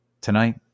Tonight